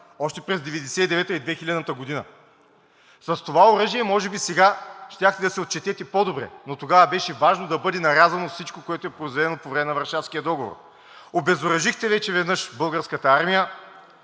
още през 1999 г. и 2000 г. С това оръжие може би сега щяхте да се отчетете по-добре, но тогава беше важно да бъде нарязано всичко, което е произведено по време на Варшавския договор. Обезоръжихте вече веднъж Българската армия,